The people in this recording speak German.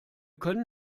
können